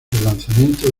relanzamiento